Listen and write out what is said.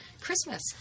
christmas